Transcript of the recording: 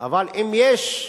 אבל אם יש,